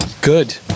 Good